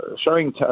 showing